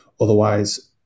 Otherwise